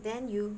then you